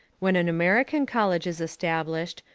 when an american college is established,